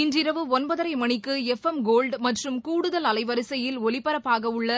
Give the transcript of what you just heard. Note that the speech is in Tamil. இன்றிரவு ஒன்பதரைமணிக்குஎஃப் எம் கோல்டுமற்றும் கூடுதல் அலைவரிசையில் ஒலிபரப்பாகவுள்ள